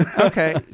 okay